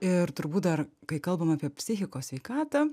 ir turbūt dar kai kalbam apie psichikos sveikatą